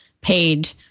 paid